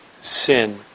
sin